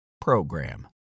program